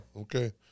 Okay